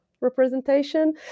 representation